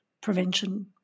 prevention